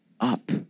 up